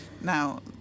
Now